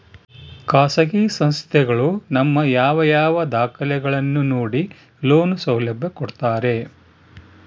ಖಾಸಗಿ ಸಂಸ್ಥೆಗಳು ನಮ್ಮ ಯಾವ ಯಾವ ದಾಖಲೆಗಳನ್ನು ನೋಡಿ ಲೋನ್ ಸೌಲಭ್ಯ ಕೊಡ್ತಾರೆ?